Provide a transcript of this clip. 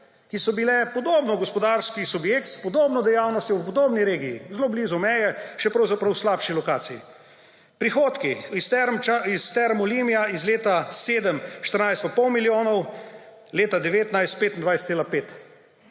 ki so bile podobno gospodarski subjekt s podobno dejavnostjo v podobni regiji, zelo blizu meje, še pravzaprav na slabši lokaciji. Prihodki iz Term Olimia iz leta 2007 − 14 in pol milijonov, leta 2019 − 25,5.